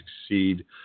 succeed